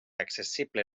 accessible